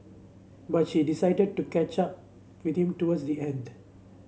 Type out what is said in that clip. but she decided to catch up with him towards the end